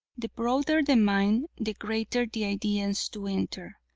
the broader the mind, the greater the ideas to enter.